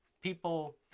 people